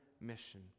mission